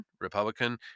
Republican